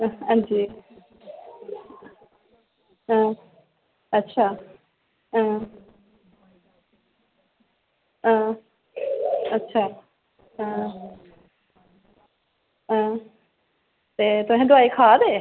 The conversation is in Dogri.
हां जी हां अच्छा हां हां अच्छा हां हां ते तुस दवाई खा दे